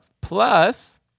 Plus